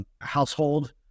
household